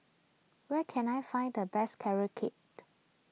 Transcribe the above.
where can I find the best Carrot Cake